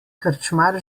krčmar